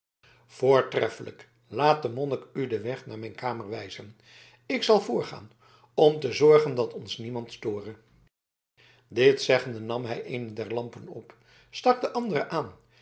voortreffelijk laat den monnik u den weg naar mijn kamer wijzen ik zal voorgaan om te zorgen dat ons niemand store dit zeggende nam hij eene der lampen op stak de andere aan